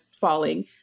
falling